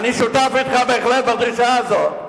אני שותף אתך בהחלט בדרישה הזאת,